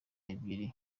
ebyiri